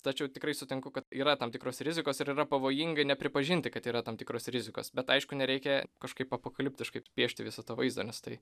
tačiau tikrai sutinku kad yra tam tikros rizikos ir yra pavojinga nepripažinti kad yra tam tikros rizikos bet aišku nereikia kažkaip apokaliptiškai piešti viso to vaizdo nes tai